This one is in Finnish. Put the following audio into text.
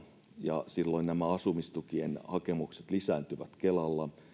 ja silloin nämä asumistukien hakemukset lisääntyvät kelalla